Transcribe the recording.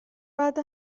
بعد